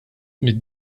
mid